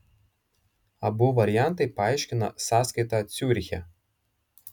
abu variantai paaiškina sąskaitą ciuriche